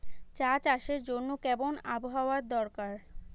চা চাষের জন্য কেমন আবহাওয়া দরকার?